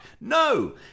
no